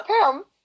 Pam